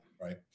right